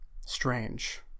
Strange